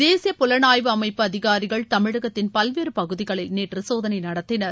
தேசிய புலனாய்வு அமைப்பு அதிகாரிகள் தமிழகத்தின் பல்வேறு பகுதிகளில் நேற்று சோதனை நடத்தினர்